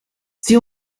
sie